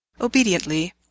Obediently